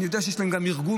אני יודע שיש להם גם ארגון,